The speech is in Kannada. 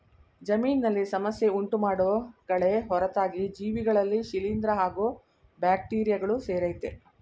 ಜಮೀನಿನಲ್ಲಿ ಸಮಸ್ಯೆ ಉಂಟುಮಾಡೋ ಕಳೆ ಹೊರತಾಗಿ ಜೀವಿಗಳಲ್ಲಿ ಶಿಲೀಂದ್ರ ಹಾಗೂ ಬ್ಯಾಕ್ಟೀರಿಯಗಳು ಸೇರಯ್ತೆ